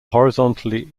horizontally